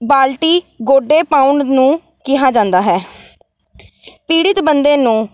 ਬਾਲਟੀ ਗੋਡੇ ਪਾਉਣ ਨੂੰ ਕਿਹਾ ਜਾਂਦਾ ਹੈ ਪੀੜਤ ਬੰਦੇ ਨੂੰ